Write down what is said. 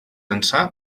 ençà